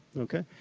okay?